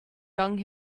young